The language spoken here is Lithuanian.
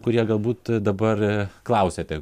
kurie galbūt dabar klausiate